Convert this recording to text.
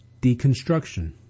deconstruction